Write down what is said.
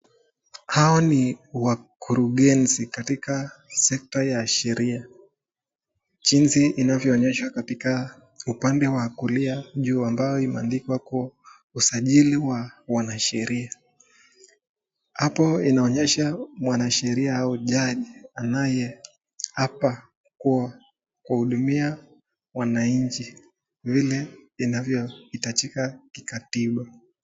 Hao ni wakurugenzi katika sekta ya sheria, jinsi inavyoonyesha katika upande wa kulia juu ambayo imeandikwa usajili wa wanasheria. Hapo inaonyesha mwanasheria au jaji anayeapa kuwahudumua wananchi vile inavyohitajika kikatiba.